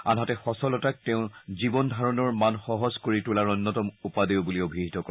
আনহাতে সচলতাক তেওঁ জীৱন ধাৰণৰ মান সহজ কৰি তোলাৰ অন্যতম উপাদেয় বুলি অভিহিত কৰে